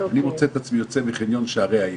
אני מוצא את עצמי יוצא מחניון שערי העיר,